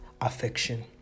affection